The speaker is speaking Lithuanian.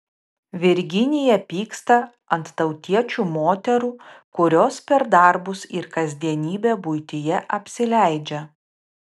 virginija pyksta ant tautiečių moterų kurios per darbus ir kasdienybę buityje apsileidžia